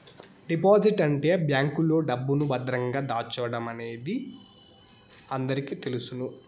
deposit అంటే బ్యాంకులో డబ్బును భద్రంగా దాచడమనేది అందరికీ తెలుసును